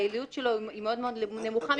היעילות שלו היא מאוד מאוד נמוכה.